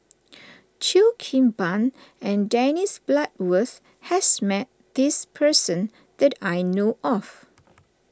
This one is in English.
Cheo Kim Ban and Dennis Bloodworth has met this person that I know of